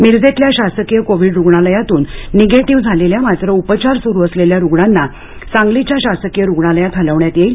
मिरजेतल्या शासकीय कोव्हिड रुग्णालयातून निगेटिव्ह झालेल्या मात्र उपचार सुरू असलेल्या रुग्णांना सांगलीच्या शासकीय रुग्णालयात हलविण्यात येईल